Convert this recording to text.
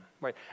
right